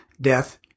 Death